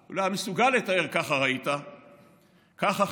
הוא לא היה מסוגל לתאר, ככה ראית.